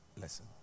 lesson